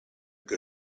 que